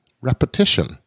Repetition